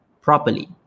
properly